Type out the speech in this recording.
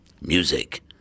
music